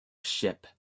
ship